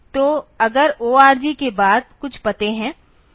तो अगर org के बाद कुछ पते है